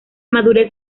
madurez